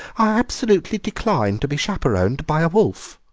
i absolutely decline to be chaperoned by a wolf!